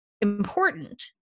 important